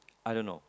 I don't know